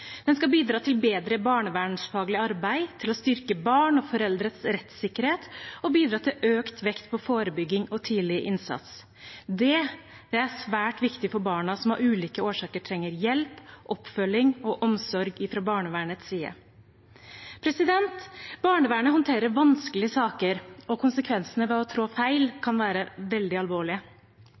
Den skal bidra til bedre barnevernsfaglig arbeid, til å styrke barns og foreldres rettssikkerhet og bidra til økt vekt på forebygging og tidlig innsats. Det er svært viktig for barna som av ulike årsaker trenger hjelp, oppfølging og omsorg fra barnevernets side. Barnevernet håndterer vanskelige saker, og konsekvensene ved å trå feil kan være veldig alvorlige.